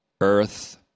earth